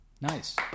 Nice